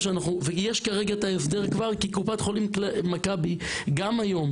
כרגע יש את ההסדר כי קופת חולים מכבי גם היום,